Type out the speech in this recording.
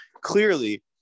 clearly